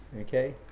Okay